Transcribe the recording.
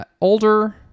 older